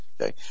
Okay